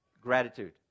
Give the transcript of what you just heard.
gratitude